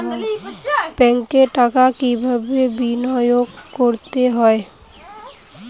ব্যাংকে টাকা কিভাবে বিনোয়োগ করতে হয়?